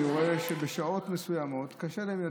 אני רואה שבשעות מסוימות קשה להם יותר.